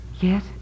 Yes